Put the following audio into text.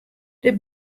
der